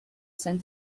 sent